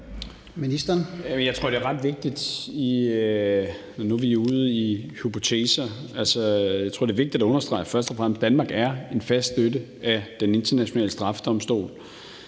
og fremmest er vigtigt at understrege, at Danmark er en fast støtte at Den Internationale Straffedomstol,